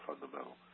fundamental